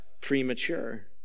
premature